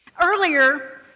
Earlier